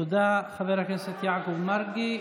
תודה, חבר הכנסת יעקב מרגי.